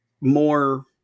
more